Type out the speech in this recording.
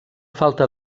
falta